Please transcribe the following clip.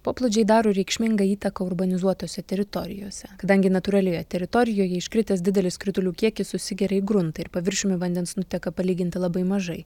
poplūdžiai daro reikšmingą įtaką urbanizuotose teritorijose kadangi natūralioje teritorijoje iškritęs didelis kritulių kiekis susigeria į gruntą ir paviršiumi vandens nuteka palyginti labai mažai